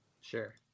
Sure